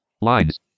Lines